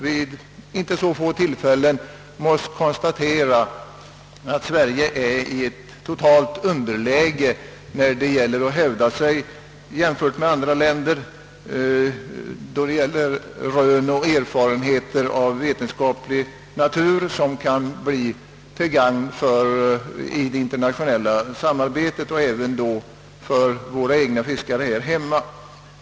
Vid inte så få tillfällen har jag tyvärr måst konstatera, att Sverige jämfört med andra länder är i ett totalt underläge när det gäller att hävda sig i fråga om rön och erfarenheter av vetenskaplig natur, som kan bli till gagn i det internationella samarbetet men även för våra egna fiskare.